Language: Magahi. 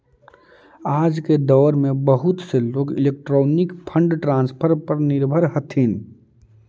आज के दौर में बहुत से लोग इलेक्ट्रॉनिक फंड ट्रांसफर पर निर्भर हथीन